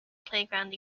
playground